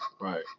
Right